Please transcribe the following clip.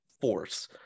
force